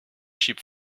sheep